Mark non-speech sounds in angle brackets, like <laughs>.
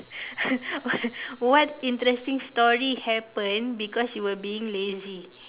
<laughs> what interesting story happened because you were being lazy